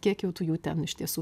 kiek jau tu jų ten iš tiesų